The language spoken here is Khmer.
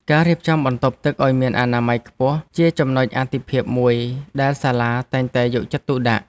ការរៀបចំបន្ទប់ទឹកឱ្យមានអនាម័យខ្ពស់ជាចំណុចអាទិភាពមួយដែលសាលាតែងតែយកចិត្តទុកដាក់។